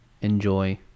enjoy